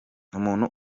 umuntu